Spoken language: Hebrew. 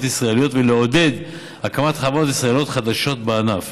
ישראליות ולעודד הקמת חברות ישראליות חדשות בענף.